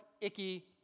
icky